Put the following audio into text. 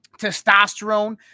testosterone